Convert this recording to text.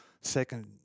second